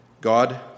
God